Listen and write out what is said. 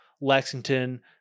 Lexington